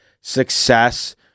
success